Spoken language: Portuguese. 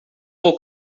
vou